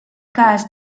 cas